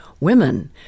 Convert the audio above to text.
women